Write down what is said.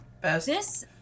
Best